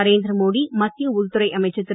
நரேந்திர மோடி மத்திய உள்துறை அமைச்சர் திரு